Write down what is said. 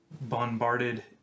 bombarded